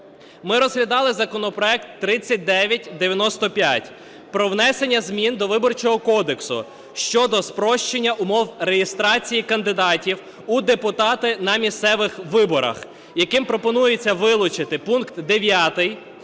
Ми розглядали законопроект 3995 про внесення змін до Виборчого кодексу щодо спрощення умов реєстрації кандидатів у депутати на місцевих виборах, яким пропонується вилучити пункт 9